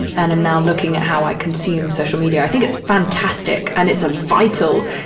and i'm now looking at how i consume social media. i think it's fantastic and it's a vital,